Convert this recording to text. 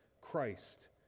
Christ